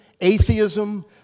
atheism